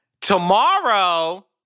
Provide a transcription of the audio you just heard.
tomorrow